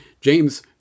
James